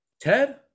Ted